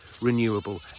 renewable